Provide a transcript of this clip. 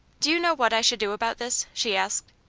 do you know what i should do about this? she asked.